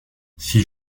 six